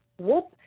whoop